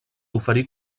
oferir